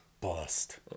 Bust